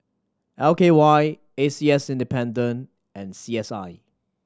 L K Y A C S and C S I